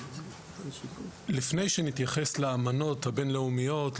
לפני שנתייחס לאמנות הבין לאומיות,